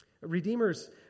Redeemers